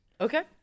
Okay